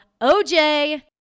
OJ